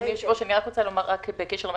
אדוני היושב-ראש, אני רק רוצה לומר בקשר למה